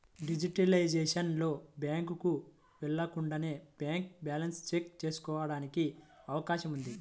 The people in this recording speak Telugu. డిజిటలైజేషన్ లో, బ్యాంకుకు వెళ్లకుండానే బ్యాంక్ బ్యాలెన్స్ చెక్ ఎంచుకోవడానికి అవకాశం ఉంది